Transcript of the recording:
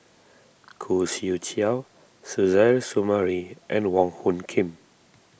Khoo Swee Chiow Suzairhe Sumari and Wong Hung Khim